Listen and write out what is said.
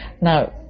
Now